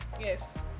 Yes